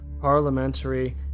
parliamentary